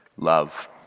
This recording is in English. love